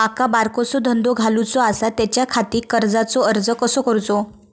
माका बारकोसो धंदो घालुचो आसा त्याच्याखाती कर्जाचो अर्ज कसो करूचो?